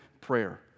prayer